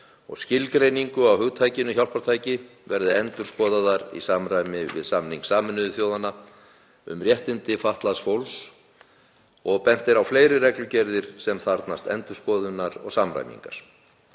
skilgreiningu á hugtakinu hjálpartæki verði endurskoðaðar í samræmi við samning Sameinuðu þjóðanna um réttindi fatlaðs fólks og bent er á fleiri reglugerðir sem þarfnast endurskoðunar og samræmingar.